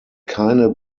keine